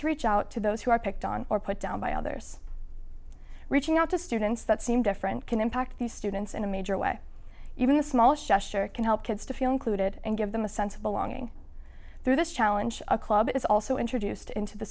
reach out to those who are picked on or put down by others reaching out to students that seem different can impact these students in a major way even the smallest gesture can help kids to feel included and give them a sense of belonging through this challenge a club is also introduced into the